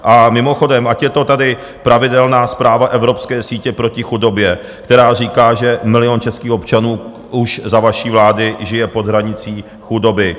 A mimochodem, ať je to tady pravidelná zpráva Evropské sítě proti chudobě, která říká, že milion českých občanů za vaší vlády už žije pod hranicí chudoby.